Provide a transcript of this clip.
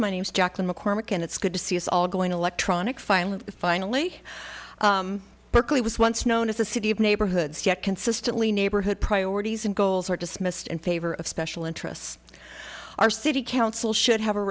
was jacqueline mccormack and it's good to see us all going electronic finally finally berkeley was once known as the city of neighborhoods yet consistently neighborhood priorities and goals were dismissed in favor of special interests our city council should have a